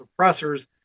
suppressors